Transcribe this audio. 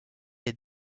est